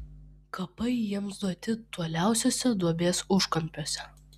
kapai jiems duoti toliausiuose duobės užkampiuose